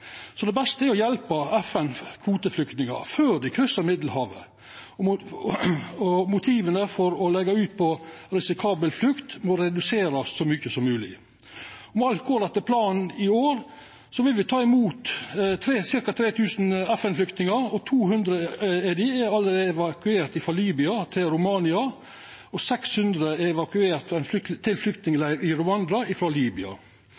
Det beste er å hjelpa FN-kvoteflyktningar før dei kryssar Middelhavet, og motiva for å leggja ut på risikabel flukt må reduserast så mykje som mogleg. Om alt går etter planen i år, vil me ta imot ca. 3 000 FN-flyktningar. 200 av dei er allereie evakuerte frå Libya til Romania, og 600 er evakuerte til flyktningleirar i Rwanda frå Libya. Dette vil bidra til